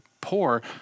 poor